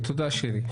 תודה, שירי.